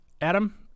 Adam